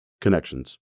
Connections